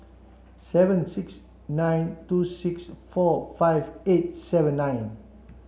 seven six nine two six four five eight seven nine